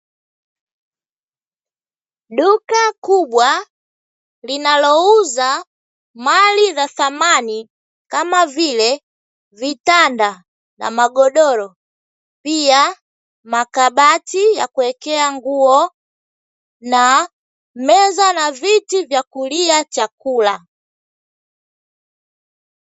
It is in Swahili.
Duka kubwa linalouza mali za samani, kama vile: vitanda na magodoro, pia makabati ya kuwekea nguo, na meza na viti vya kulia chakula.